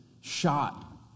shot